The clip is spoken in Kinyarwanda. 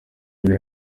uri